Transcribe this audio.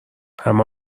همه